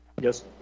yes